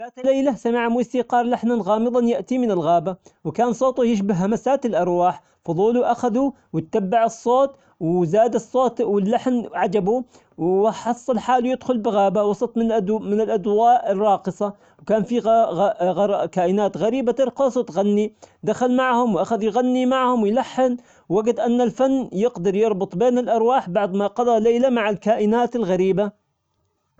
ذات ليلة سمع موسيقار لحنا غامضا يأتي من الغابة وكان صوته يشبه همسات الأرواح، فضوله أخذه وتتبع الصوت وزاد الصوت واللحن عجبه وراح حصل حاله يدخل بغابة وسط من الأض- الأضواء الراقصة ، كان في كائنات غريبة ترقص وتغني، دخل معهم وأخذ يغني معهم ويلحن وجد أن الفن يقدر يربط بين الأرواح بعد ما قضى ليلة مع الكائنات الغريبة.